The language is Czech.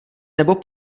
nebo